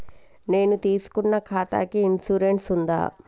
నేను తీసుకున్న ఖాతాకి ఇన్సూరెన్స్ ఉందా?